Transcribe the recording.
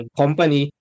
company